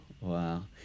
Wow